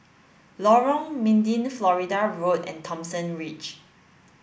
Lorong Mydin Florida Road and Thomson Ridge